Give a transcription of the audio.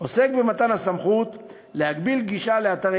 עוסק במתן סמכות להגביל גישה לאתרי